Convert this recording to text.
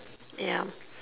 ya